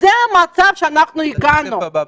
זה המצב שהגענו אליו.